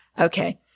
Okay